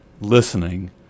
listening